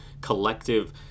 Collective